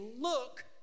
look